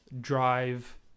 drive